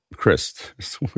Chris